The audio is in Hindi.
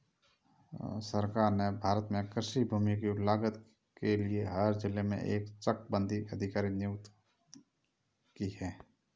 सरकार ने भारत में कृषि भूमि की लागत के लिए हर जिले में एक चकबंदी अधिकारी की नियुक्ति की है